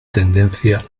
tendencia